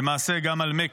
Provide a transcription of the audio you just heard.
למעשה גם על מכה.